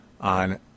on